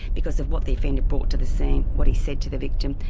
because of what the offender brought to the scene, what he said to the victim,